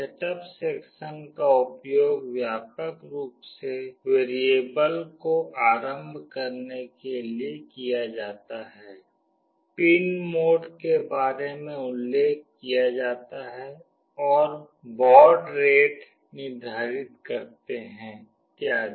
setup section का उपयोग व्यापक रूप से वेरिएबल को आरंभ करने के लिए किया जाता है पिन मोड के बारे में उल्लेख किया जाता है और बॉड रेट निर्धारित करते हैं इत्यादि